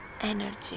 energy